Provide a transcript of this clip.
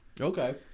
Okay